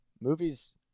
movies